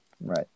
Right